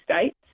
states